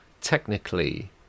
technically